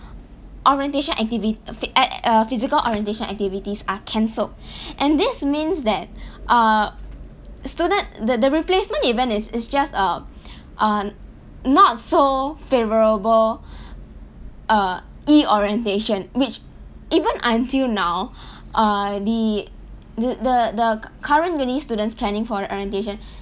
orientation activi~ phy~ uh physical orientation activities are cancelled and this means that uh student the the replacement event is is just uh uh not so favourable uh E-orientation which even until now uh the the the the current uni students planning for orientation